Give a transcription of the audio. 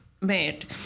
made